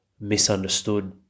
misunderstood